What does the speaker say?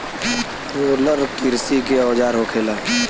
roller किरसी के औजार होखेला